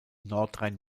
nordrhein